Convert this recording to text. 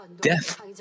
death